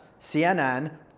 CNN